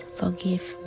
forgive